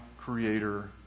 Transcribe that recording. creator